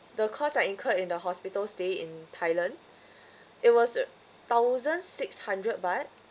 the cost I incurred in the hospital stay in thailand it was thousand six hundred baht